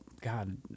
God